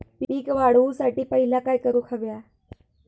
पीक वाढवुसाठी पहिला काय करूक हव्या?